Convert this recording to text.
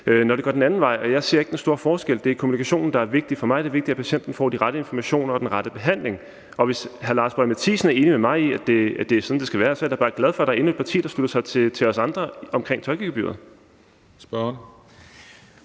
når det går den anden vej. Jeg ser ikke den store forskel. Det er kommunikationen, der er vigtig for mig. Det er vigtigt, at patienten får de rette informationer og den rette behandling. Og hvis hr. Lars Boje Mathiesen er enig med mig i, at det er sådan, det skal være, så er jeg da bare glad for, at der er endnu et parti, der slutter sig til os andre omkring tolkegebyret.